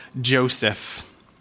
Joseph